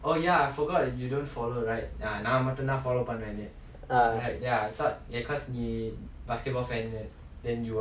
err